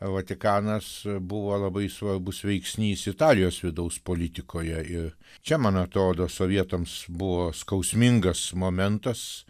vatikanas buvo labai svarbus veiksnys italijos vidaus politikoje ir čia man atrodo sovietams buvo skausmingas momentas